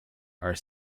are